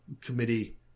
Committee